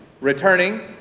Returning